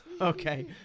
Okay